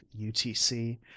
UTC